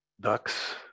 Ducks